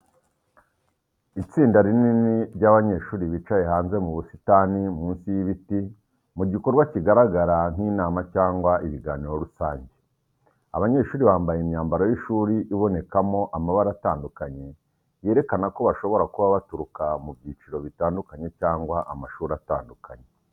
Itsinda rinini ry’abanyeshuri bicaye hanze mu busitani, munsi y’ibiti mu gikorwa kigaragara nk’inama cyangwa ibiganiro rusange. Abanyeshuri bambaye imyambaro y’ishuri iboneka mo amabara atandukanye yerekana ko bashobora kuba baturuka mu byiciro bitandukanye cyangwa amashuri atandukanye.